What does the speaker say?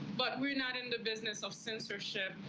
but we're not in the business of censorship.